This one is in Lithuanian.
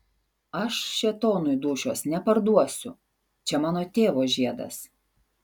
aš šėtonui dūšios neparduosiu čia mano tėvo žiedas